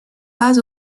pas